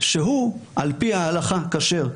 שהוא על פי ההלכה, כשר.